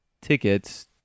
Tickets